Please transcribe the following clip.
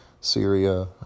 Syria